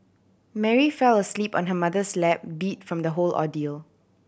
Mary fell asleep on her mother's lap beat from the whole ordeal